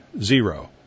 zero